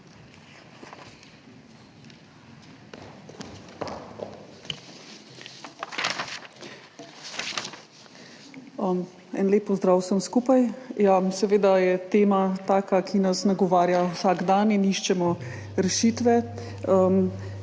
lep pozdrav vsem skupaj! Ja, seveda je tema taka, ki nas nagovarja vsak dan in iščemo rešitve